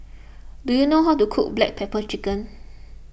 do you know how to cook Black Pepper Chicken